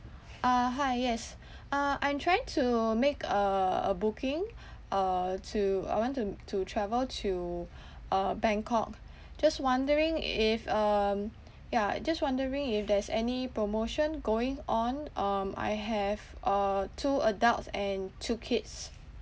uh hi yes uh I'm trying to make uh a booking uh to I want to m~ to travel to uh bangkok just wondering if um yeah just wondering if there's any promotion going on um I have uh two adults and two kids